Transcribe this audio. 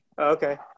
Okay